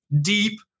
deep